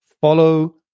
Follow